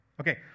Okay